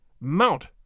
Mount